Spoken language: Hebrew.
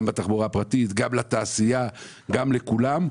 גם בתחבורה הפרטית, גם לתעשייה, גם לכולם.